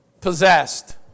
possessed